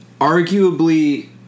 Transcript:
arguably